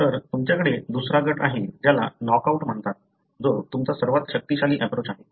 तर तुमच्याकडे दुसरा गट आहे ज्याला नॉकआउट म्हणतात जो तुमचा सर्वात शक्तिशाली एप्रोच आहे